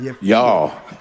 Y'all